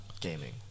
gaming